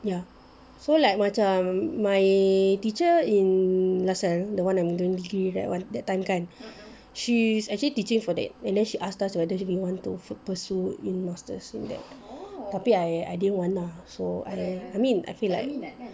ya so like macam my teacher in lasalle the one I'm doing degree that [one] that time kan she's actually teaching for that and then she ask us whether we want to pursue in masters in that topic I I didn't want lah so eh I mean I feel like